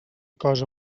cosa